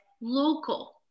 local